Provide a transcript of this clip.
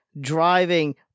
driving